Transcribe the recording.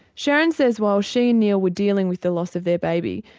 sharon says while she and neil were dealing with the loss of their baby,